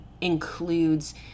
includes